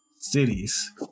cities